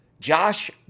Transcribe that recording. Josh